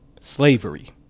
Slavery